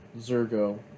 Zergo